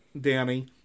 Danny